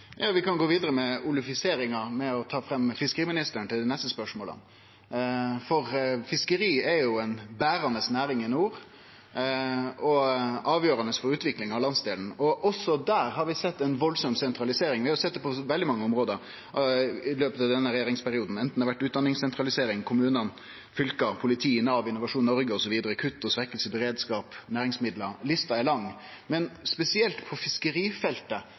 Vi kan gå vidare med «olufiseringa» og stille dei neste spørsmåla til fiskeriministeren. Fiskeri er ei berande næring i nord, og avgjerande for utviklinga av landsdelen. Også der har vi sett ei veldig sentralisering – vi har sett det på veldig mange område i denne regjeringsperioden, anten det har vore utdanningssentralisering, kommunane, fylka, politiet, Nav, Innovasjon Noreg, kutt i og svekking av beredskap, næringsmiddel. Lista er lang. Men spesielt på fiskerifeltet